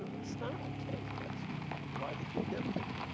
ah it's not okay, that's why they condemned it.